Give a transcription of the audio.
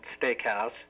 Steakhouse